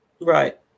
right